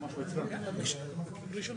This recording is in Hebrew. זה עולה כסף,